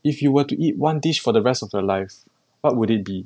if you were to eat one dish for the rest of your life what would it be